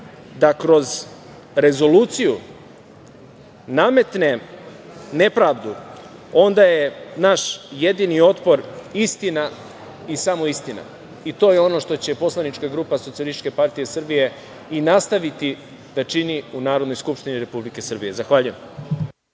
da kroz rezoluciju nametne nepravdu, onda je naš jedini otpor istina i samo istina. To je ono što će poslanička grupa SPS i nastaviti da čini u Narodnoj skupštini Republike Srbije. Zahvaljujem.